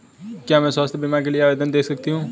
क्या मैं स्वास्थ्य बीमा के लिए आवेदन दे सकती हूँ?